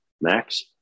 Max